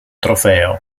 trofeo